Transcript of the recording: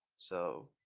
so